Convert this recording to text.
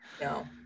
no